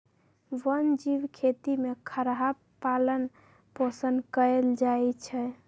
वन जीव खेती में खरहा पालन पोषण कएल जाइ छै